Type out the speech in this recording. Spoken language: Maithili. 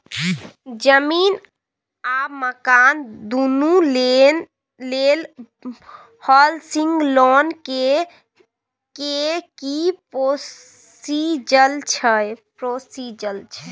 जमीन आ मकान दुनू लेल हॉउसिंग लोन लै के की प्रोसीजर छै?